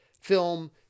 film